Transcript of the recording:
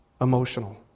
emotional